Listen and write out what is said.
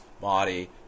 body